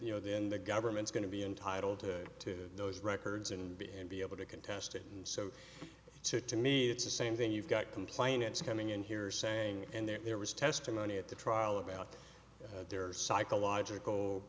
you know then the government's going to be entitled to those records and b and be able to contest it and so to me it's the same thing you've got complainants coming in here saying and there was testimony at the trial about their psychological